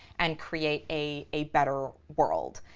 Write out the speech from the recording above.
and create a better world.